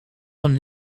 een